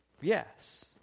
yes